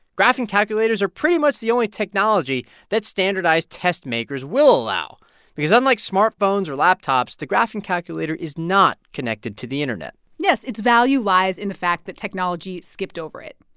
graphing calculators are pretty much the only technology that standardized test makers will allow because unlike smartphones or laptops, the graphing calculator is not connected to the internet yes. its value lies in the fact that technology skipped over it.